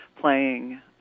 playing